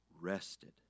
rested